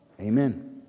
Amen